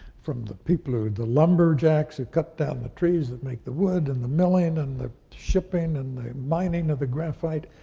from the people who, the lumberjacks who cut down the trees that make the wood and the milling and the shipping and the mining of the graphite,